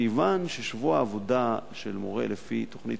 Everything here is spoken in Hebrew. מכיוון ששבוע העבודה של מורה לפי תוכנית